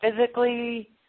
physically